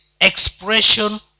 expression